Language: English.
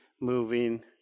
moving